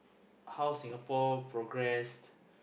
how Singapore progressed